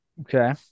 Okay